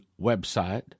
website